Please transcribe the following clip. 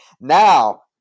Now